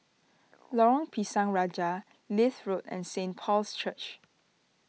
Lorong Pisang Raja Leith Road and Saint Paul's Church